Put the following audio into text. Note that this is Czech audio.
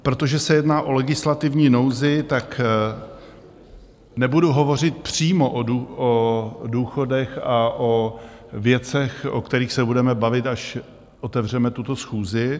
Protože se jedná o legislativní nouzi, nebudu hovořit přímo o důchodech a o věcech, o kterých se budeme bavit, až otevřeme tuto schůzi.